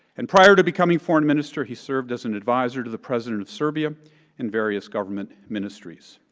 and prior to becoming foreign minister, he served as an advisor to the president of serbia and various government ministries.